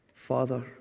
Father